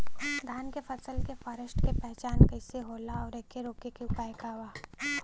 धान के फसल के फारेस्ट के पहचान कइसे होला और एके रोके के उपाय का बा?